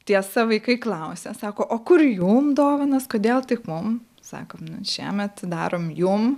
tiesa vaikai klausia sako o kur jum dovanos kodėl tik mum sakom šiemet darom jum